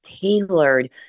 tailored